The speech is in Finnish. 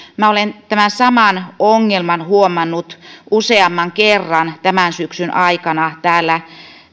minä olen tämän saman ongelman huomannut useamman kerran tämän syksyn aikana täällä